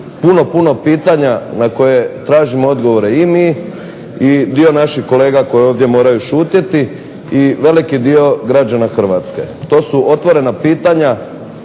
puno puno pitanja na koja tražimo odgovore i mi i dio naših kolega koji ovdje moraju šutjeti i veliki dio građana Hrvatske. To su otvorena pitanja